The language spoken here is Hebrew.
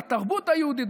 בתרבות היהודית,